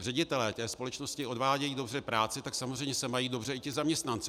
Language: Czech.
ředitelé společnosti odvádějí dobře práci, tak samozřejmě se mají dobře i zaměstnanci.